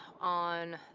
On